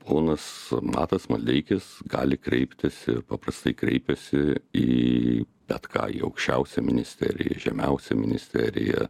ponas matas maldeikis gali kreiptis ir paprastai kreipiasi į bet ką į aukščiausią ministeriją į žemiausią ministeriją